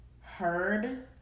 heard